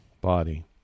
body